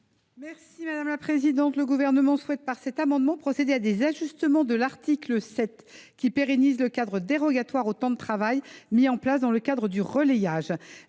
est à Mme la ministre. Le Gouvernement souhaite, par cet amendement, procéder à des ajustements de l’article 7, qui pérennise le cadre dérogatoire au temps de travail mis en place dans le cadre du relayage.